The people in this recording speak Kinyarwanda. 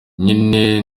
nyina